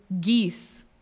geese